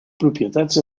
propietats